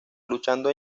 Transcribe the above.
luchando